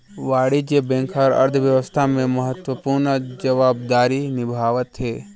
वाणिज्य बेंक हर अर्थबेवस्था में महत्वपूर्न जवाबदारी निभावथें